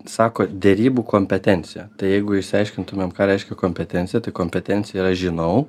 sako derybų kompetencija tai jeigu išsiaiškintumėm ką reiškia kompetencija tai kompetencija yra žinau